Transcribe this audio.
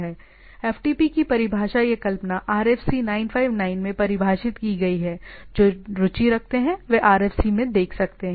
FTP की परिभाषा या कल्पना RFC959 में परिभाषित की गई है जो रुचि रखते हैं वे आरएफसी में देख सकते हैं